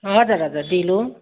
हजुर हजुर डेलो